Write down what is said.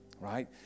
right